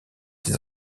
des